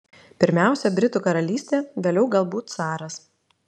pirmiausia britų karalystė vėliau galbūt caras